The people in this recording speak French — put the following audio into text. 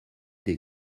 des